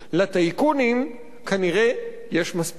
לטייקונים כנראה יש מספיק,